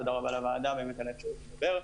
תודה רבה לוועדה על האפשרות לדבר.